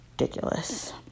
Ridiculous